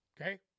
okay